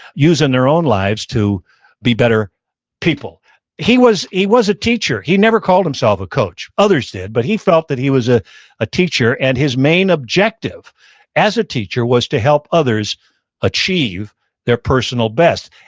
use in their own lives to be better people he was a was a teacher. he never called himself a coach. others did, but he felt that he was a a teacher, and his main objective as a teacher was to help others achieve their personal best.